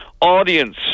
audience